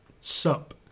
SUP